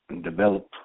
develop